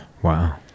Wow